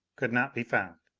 could not be found.